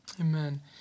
Amen